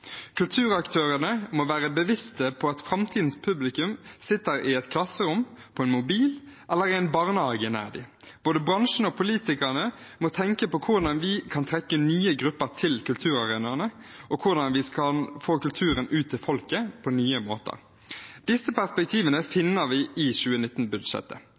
Kulturaktørene må være bevisst på at framtidens publikum sitter i et klasserom med en mobil, eller i en barnehage nær dem. Både bransjen og politikerne må tenke på hvordan man kan trekke nye grupper til kulturarenaene, og hvordan man kan få kulturen ut til folket på nye måter. Disse perspektivene finner vi i